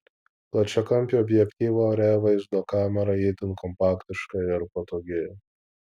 plačiakampio objektyvo re vaizdo kamera yra itin kompaktiška ir patogi